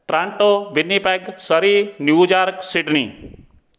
Toronto Winnipeg Surrey New York Sydney